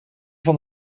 van